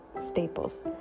staples